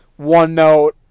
OneNote